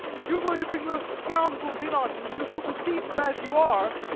if you are going to bring those scoundrels in on me you shall receive them as you are.